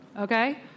okay